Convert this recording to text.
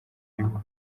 gihugu